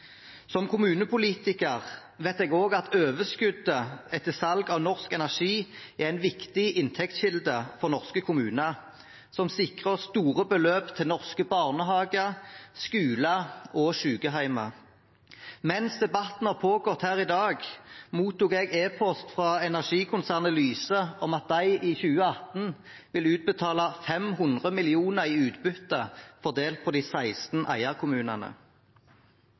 Som kommunepolitiker vet jeg også at overskuddet etter salg av norsk energi er en viktig inntektskilde for norske kommuner, som sikrer store beløp til norske barnehager, skoler og sykehjem. Mens debatten har pågått her i dag, har jeg mottatt en e-post fra energikonsernet Lyse om at de i 2018 vil utbetale 500 mill. kr i utbytte fordelt på de 16 eierkommunene.